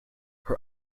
her